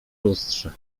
lustrze